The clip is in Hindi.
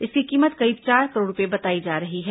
इसकी कीमत करीब चार करोड़ रूपये बताई जा रही है